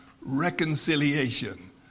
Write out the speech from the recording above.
reconciliation